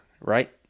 right